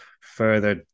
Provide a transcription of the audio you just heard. further